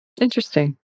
Interesting